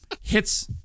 hits